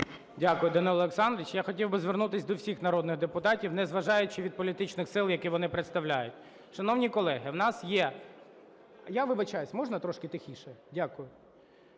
Дякую, Данило Олександрович. Я хотів би звернутися до всіх народних депутатів, незважаючи від політичних сил, які вони представляють. Шановні колеги, у нас є… Я вибачаюся, можна трішки тихіше? Дякую.